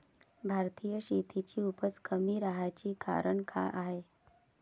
भारतीय शेतीची उपज कमी राहाची कारन का हाय?